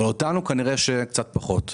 אבל כנראה שאותנו היא קצת פחות רוצה.